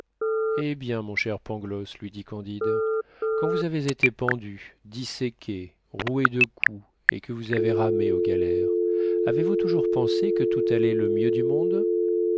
eh bien mon cher pangloss lui dit candide quand vous avez été pendu disséqué roué de coups et que vous avez ramé aux galères avez-vous toujours pensé que tout allait le mieux du monde